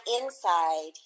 inside